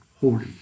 holy